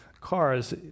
cars